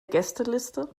gästeliste